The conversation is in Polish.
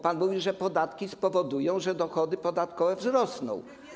Pan mówił, że podatki spowodują, że dochody podatkowe wzrosną.